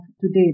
today